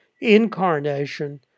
Incarnation